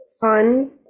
fun